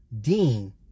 Dean